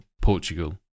Portugal